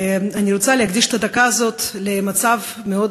אני רוצה להקדיש את הדקה הזאת למצב מאוד